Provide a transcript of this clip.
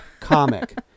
comic